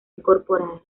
incorporada